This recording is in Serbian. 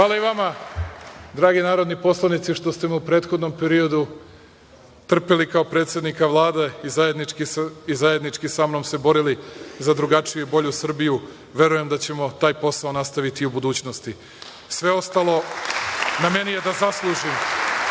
i vama, dragi narodni poslanici, što ste me u prethodnom periodu trpeli kao predsednika Vlade i zajednički sa mnom se borili za drugačiju i bolju Srbiju. Verujem da ćemo taj posao nastaviti i u budućnosti. Sve ostalo na meni je da zaslužim. Hvala